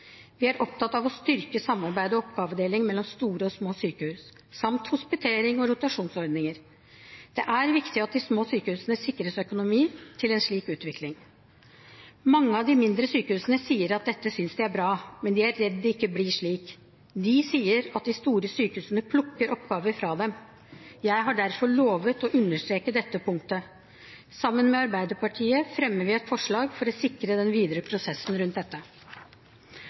Vi er opptatt av å styrke samarbeid og oppgavedeling mellom store og små sykehus samt hospitering og rotasjonsordninger. Det er viktig at de små sykehusene sikres økonomi til en slik utvikling. Mange av de mindre sykehusene sier at dette synes de er bra, men de er redd det ikke blir slik. De sier at de store sykehusene plukker oppgaver fra dem. Jeg har derfor lovet å understreke dette punktet. Sammen med Arbeiderpartiet fremmer vi et forslag for å sikre den videre prosessen rundt dette.